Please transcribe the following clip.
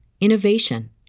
innovation